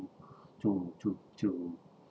to to to